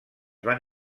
van